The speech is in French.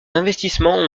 investissements